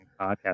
Podcast